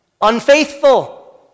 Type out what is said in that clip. unfaithful